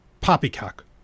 Poppycock